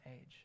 age